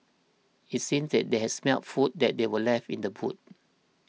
it seemed that they had smelt the food that they were left in the boot